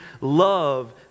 love